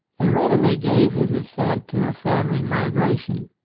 and readily gave his as sent to a family migration.